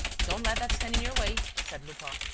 don't let that stand in your way, said lupin.